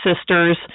sisters